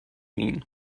mean